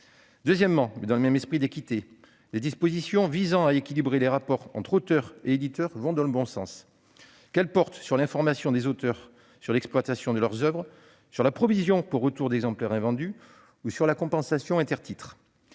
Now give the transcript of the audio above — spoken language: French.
second lieu, et dans le même esprit d'équité, les dispositions visant à équilibrer les rapports entre auteurs et éditeurs vont dans le bon sens, qu'elles portent sur l'information des auteurs quant à l'exploitation de leurs oeuvres, sur la provision pour retour d'exemplaires invendus ou sur la compensation intertitres.